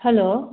hello